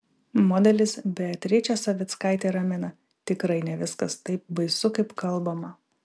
modelis beatričė savickaitė ramina tikrai ne viskas taip baisu kaip kalbama